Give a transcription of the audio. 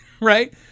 Right